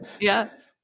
Yes